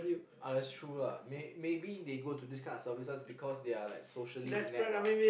uh that's true lah may~ maybe they go to this kind of services because they are like socially inept ah